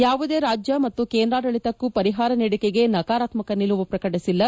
ಯಾವುದೇ ರಾಜ್ಯ ಮತ್ತು ಕೇಂದ್ರಾಡಳಿತಕ್ಕು ಪರಿಹಾರ ನೀಡಿಕೆಗೆ ನಕಾರಾತ್ಕಕ ನಿಲುವು ಪ್ರಕಟಿಸಿಲ್ಲ